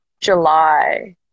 July